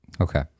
Okay